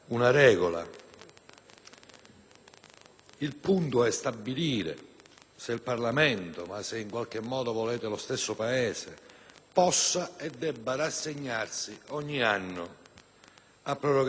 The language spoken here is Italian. Il punto è stabilire se il Parlamento - ma, se volete, lo stesso Paese - possa e debba rassegnarsi ogni anno a prorogare gli sfratti,